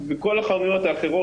כבוד היושב-ראש,